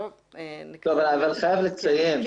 חייב לציין,